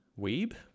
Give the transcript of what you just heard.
weeb